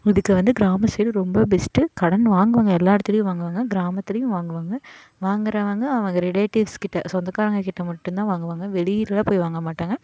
அதுக்கு வந்து கிராம சைடு ரொம்ப பெஸ்டு கடன் வாங்குவாங்க எல்லா இடத்துலியும் வாங்குவாங்க கிராமத்துலையும் வாங்குவாங்க வாங்குறவங்க அவங்க ரிலேட்டிவ்ஸ்கிட்ட சொந்தகாரர்கக்கிட்ட மட்டும்தான் வாங்குவாங்க வெளிலெலாம் போய் வாங்க மாட்டாங்க